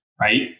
right